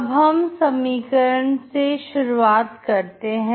अब हम समीकरण से शुरुआत करेंगे